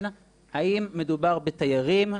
האם מדובר בתיירים,